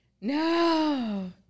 No